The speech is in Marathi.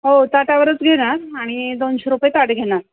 हो ताटावरच घेणार आणि दोनशे रुपये ताट घेणार